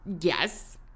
Yes